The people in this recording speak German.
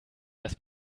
das